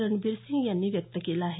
रणबिर सिंग यांनी व्यक्त केला आहे